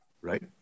right